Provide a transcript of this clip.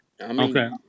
Okay